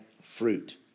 fruit